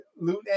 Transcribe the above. loot